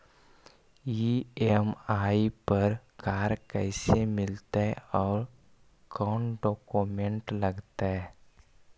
EMI पर car कैसे मिलतै औ कोन डाउकमेंट लगतै?